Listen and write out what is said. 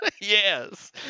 Yes